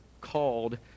called